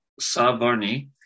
Savarni